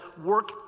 work